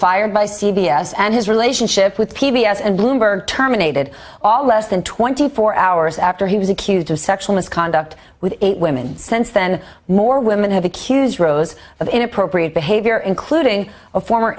fired by c b s and his relationship with p b s and bloomberg terminated all less than twenty four hours after he was accused of sexual misconduct with eight women since then more women have accused rose of inappropriate behavior including a former